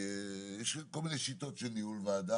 יש כל מיני שיטות של ניהול ועדה,